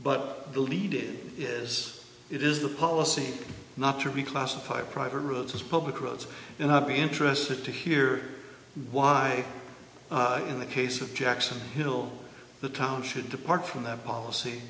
it is it is the policy not to be classify private roads as public roads and i'd be interested to hear why in the case of jackson hill the town should depart from that policy